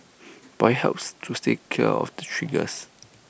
but IT helps to steer clear of the triggers